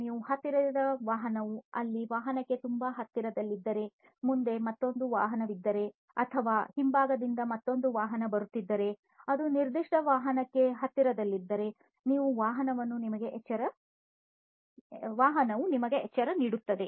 ನೀವು ಹತ್ತಿದ ವಾಹನವು ಅಲ್ಲಿ ವಾಹನಕ್ಕೆ ತುಂಬಾ ಹತ್ತಿರದಲ್ಲಿದ್ದರೆ ಮುಂದೆ ಮತ್ತೊಂದು ವಾಹನವಿದ್ದರೆ ಅಥವಾ ಹಿಂಭಾಗದಿಂದ ಮತ್ತೊಂದು ವಾಹನ ಬರುತ್ತಿದ್ದರೆ ಅದು ನಿರ್ದಿಷ್ಟ ವಾಹನಕ್ಕೆ ಹತ್ತಿರದಲ್ಲಿದೆ ಎಂದು ವಾಹನವು ನಿಮಗೆ ಎಚ್ಚರಿಕೆ ನೀಡುತ್ತದೆ